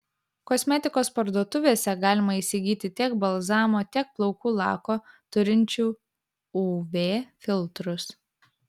kosmetikos parduotuvėse galima įsigyti tiek balzamo tiek plaukų lako turinčių uv filtrus